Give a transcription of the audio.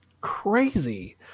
crazy